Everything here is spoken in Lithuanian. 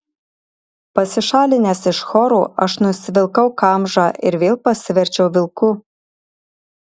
pasišalinęs iš choro aš nusivilkau kamžą ir vėl pasiverčiau vilku